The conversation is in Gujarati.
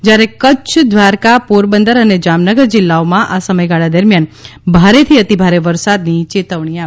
જયારે કચ્છ દ્વારકા પોરબંદર અને જામનગર જિલ્લાઓમાં આ સમય ગાળા દરમિયાન ભારે થી અતિ ભારે વરસાદની ચેતવણી આપવામાં આવી છે